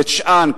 ובבית-שאן,